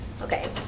Okay